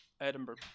Edinburgh